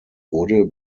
wurde